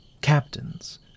captains